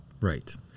Right